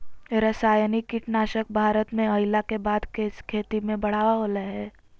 रासायनिक कीटनासक भारत में अइला के बाद से खेती में बढ़ावा होलय हें